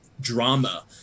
drama